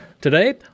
Today